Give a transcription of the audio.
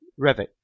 Revit